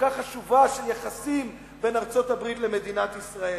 הכל-כך חשובה בין ארצות-הברית למדינת ישראל.